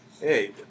Hey